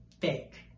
fake